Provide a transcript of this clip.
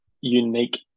unique